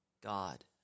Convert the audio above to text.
God